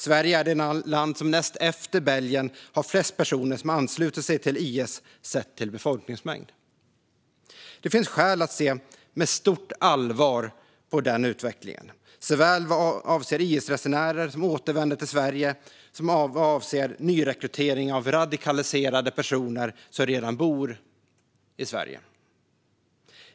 Sverige är det land som näst efter Belgien har flest personer som anslutit sig till IS, sett till befolkningsmängd. Det finns skäl att se med stort allvar på utvecklingen såväl vad avser IS-resenärer som återvänder till Sverige som vad avser nyrekrytering av radikaliserade personer som redan bor i Sverige.